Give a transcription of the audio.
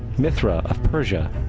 mithra, of persia,